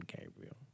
Gabriel